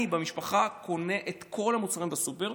אני במשפחה קונה את כל המוצרים בסופר.